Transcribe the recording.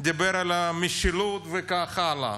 הוא דיבר על המשילות, וכך הלאה.